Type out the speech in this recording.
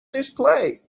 display